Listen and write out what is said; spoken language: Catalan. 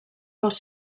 dels